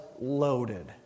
loaded